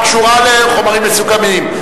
הקשורה לחומרים מסוכנים.